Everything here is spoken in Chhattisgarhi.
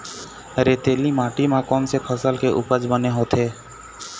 रेतीली माटी म कोन से फसल के उपज बने होथे?